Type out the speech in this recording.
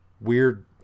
weird